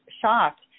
shocked